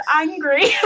angry